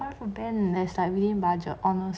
for ben is like within budget honestly